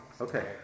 Okay